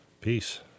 Peace